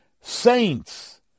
saints